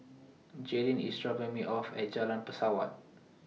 Jaylin IS dropping Me off At Jalan Pesawat